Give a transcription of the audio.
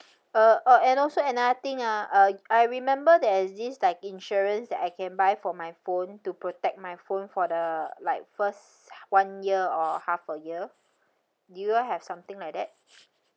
uh oh and also another thing ah uh I remember there's this like insurance that I can buy for my phone to protect my phone for the like first one year or half a year do you all have something like that